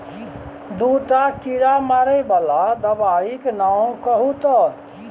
दूटा कीड़ा मारय बला दबाइक नाओ कहू तए